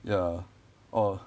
ya or